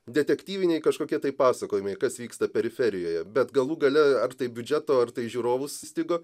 detektyviniai kažkokie tai pasakojimai kas vyksta periferijoje bet galų gale ar tai biudžeto ar tai žiūrovų stigo